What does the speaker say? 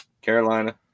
Carolina